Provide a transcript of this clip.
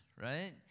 right